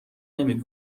نمی